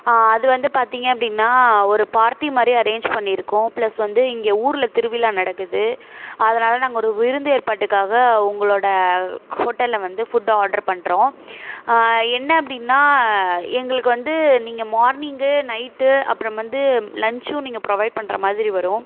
அது வந்து பார்த்திங்க அப்படின்னா ஒரு பார்ட்டி மாதிரி அரேஞ்ச் பண்ணியிருக்கோம் ப்ளஸ் வந்து இங்கே ஊரில் திருவிழா நடக்குது அதனால் நாங்கள் ஒரு விருந்து ஏற்பாட்டுக்காக உங்களோட ஹோட்டலில் வந்து ஃபுட்டு ஆர்ட்ரு பண்ணுறோம் என்ன அப்படின்னா எங்களுக்கு வந்து நீங்கள் மார்னிங்கு நைட்டு அப்புறம் வந்து லஞ்ச்சும் நீங்கள் புரொவைட் பண்ணுற மாதிரி வரும்